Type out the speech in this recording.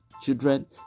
children